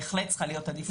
בהחלט צריכה להיות עדיפות,